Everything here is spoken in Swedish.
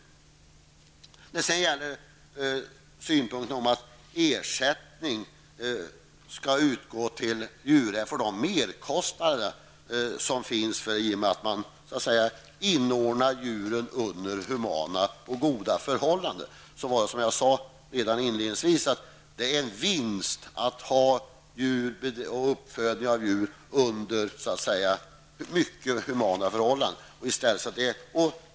I reservation 9 framförs synpunkter om att ersättning skall utgå till djurägare för merkostnader på grund av att de inordnar djuren under humana och goda förhållanden. Jag vill upprepa det jag sade inledningsvis, att det är en vinst att djuruppfödning och djurhållning sker under mycket humana förhållanden.